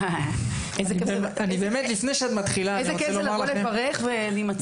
איזה כיף זה לבוא לברך ואני יוצאת מבורכת.